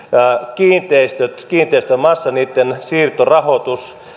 kiinteistöt kiinteistömassat niitten siirtorahoitus